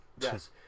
Yes